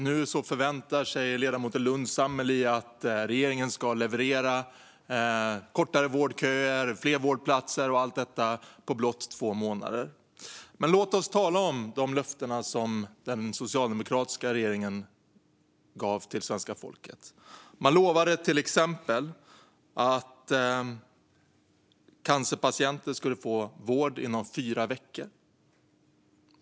Nu förväntar sig ledamoten Lundh Sammeli att regeringen ska leverera kortare vårdköer och fler vårdplatser, allt detta på blott två månader. Låt oss tala om de löften som den socialdemokratiska regeringen gav till svenska folket. Man lovade till exempel att cancerpatienter skulle få vård inom fyra veckor.